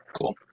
Cool